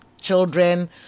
children